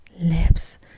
lips